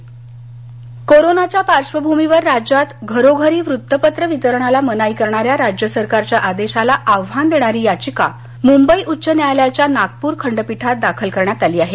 वत्तपत्र याचिका कोरोनाच्या पार्श्वभूमीवर राज्यात घरोघरी वृत्तपत्र वितरणाला मनाई करणाऱ्या राज्य सरकारच्या आदेशाला आव्हान देणारी याचिका मुंबई उच्च न्यायालयाच्या नागपूर खंडपीठात दाखल करण्यात आली आहे